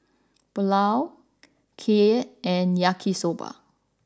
Pulao Kheer and Yaki Soba